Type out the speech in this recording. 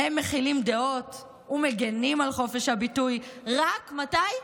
הם מכילים דעות ומגינים על חופש הביטוי רק מתי?